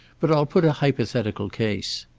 but i'll put a hypothetical case.